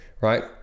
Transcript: right